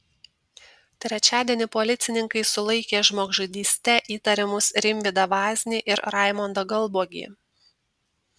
trečiadienį policininkai sulaikė žmogžudyste įtariamus rimvydą vaznį ir raimondą galbuogį